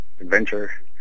adventure